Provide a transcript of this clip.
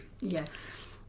Yes